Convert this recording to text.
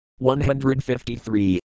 153